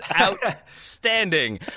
outstanding